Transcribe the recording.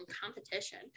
Competition